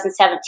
2017